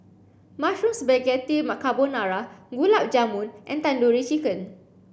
Mushroom Spaghetti Carbonara Gulab Jamun and Tandoori Chicken